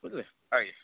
ବୁଝିଲେ ଆଜ୍ଞା